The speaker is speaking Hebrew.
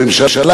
לממשלה,